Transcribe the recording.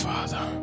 Father